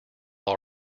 all